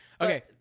Okay